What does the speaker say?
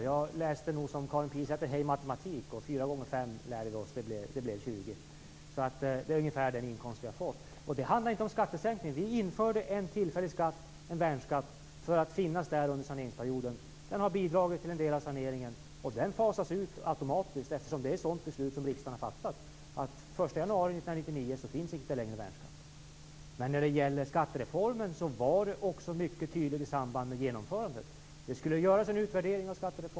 Fru talman! Det blir 20 miljarder. Jag läste liksom Det lärde vi oss. Det är alltså ungefär den inkomst vi har fått. Det här handlar inte om någon skattesänkning. Vi införde en tillfällig skatt, en värnskatt, som skulle finnas under saneringsperioden. Den har bidragit till en del av saneringen, och nu fasas den ut automatiskt eftersom det är ett sådant beslut riksdagen har fattat. Den 1 januari 1999 finns värnskatten inte längre. När det gäller skattereformen var det mycket tydligt i samband med genomförandet att det skulle göras en utvärdering av skattereformen.